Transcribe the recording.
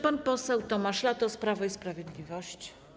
Pan poseł Tomasz Latos, Prawo i Sprawiedliwość.